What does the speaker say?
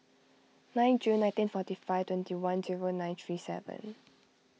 nine June nineteen forty five twenty one zero nine three seven